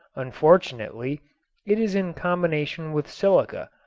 unfortunately it is in combination with silica,